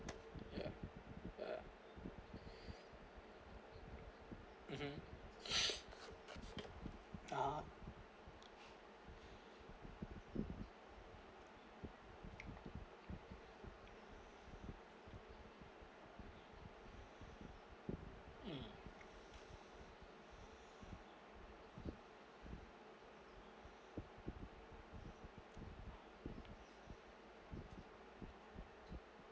ya ya mmhmm ah um